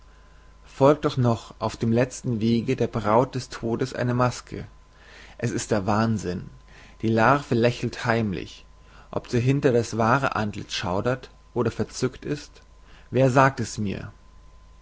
folgt doch noch auf dem lezten wege der braut des todes eine maske es ist der wahnsinn die larve lächelt heimlich ob dahinter das wahre antliz schaudert oder verzückt ist wer sagt es mir